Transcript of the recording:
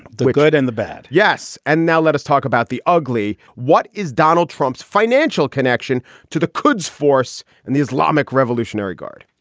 the the good and the bad. yes. and now let us talk about the ugly. what is donald trump's financial connection to the coulds force and the islamic revolutionary guard?